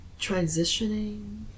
transitioning